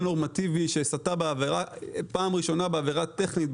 נורמטיבי שסטה פעם ראשונה בעבירה טכנית,